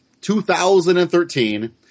2013